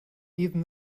even